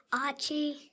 Archie